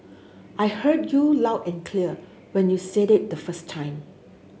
I heard you loud and clear when you said it the first time